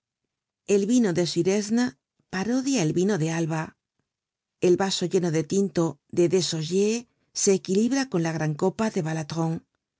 el vino de suresne parodia el vino de alba el vaso heno de tinto de desaugiers se equilibra con la gran copa de